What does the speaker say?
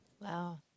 Wow